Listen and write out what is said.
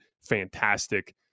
fantastic